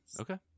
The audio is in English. Okay